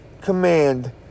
command